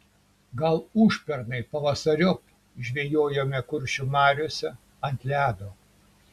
gal užpernai pavasariop žvejojome kuršių mariose ant ledo